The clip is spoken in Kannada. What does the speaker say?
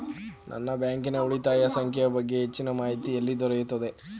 ನನ್ನ ಬ್ಯಾಂಕಿನ ಉಳಿತಾಯ ಸಂಖ್ಯೆಯ ಬಗ್ಗೆ ಹೆಚ್ಚಿನ ಮಾಹಿತಿ ಎಲ್ಲಿ ದೊರೆಯುತ್ತದೆ?